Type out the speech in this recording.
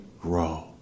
grow